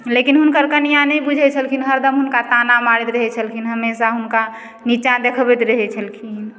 लेकिन हुनकर कनियाँ नहि बुझय छलखिन हरदम हुनका ताना मारैत रहय छलखिन हमेशा हुनका निच्चा देखबैत रहय छलखिन